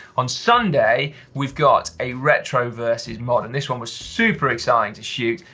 on sunday we've got a retro versus modern. this one was super exciting to shoot.